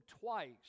Twice